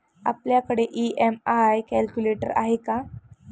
आपल्याकडे EMI calculator आहे का?